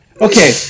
okay